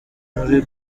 muri